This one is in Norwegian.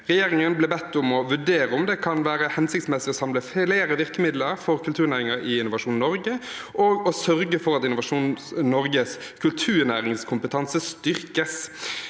Regjeringen ble bedt om å vurdere om det kan være hensiktsmessig å samle flere virkemidler for kulturnæringer i Innovasjon Norge og å sørge for at Innovasjon Norges kulturnæringskompetanse styrkes.